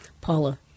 Paula